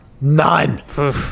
None